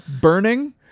Burning